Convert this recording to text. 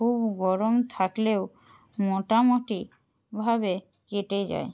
খুব গরম থাকলেও মোটামুটি ভাবে কেটে যায়